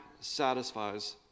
satisfies